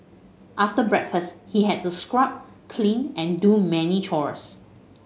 after breakfast he had to scrub clean and do many chores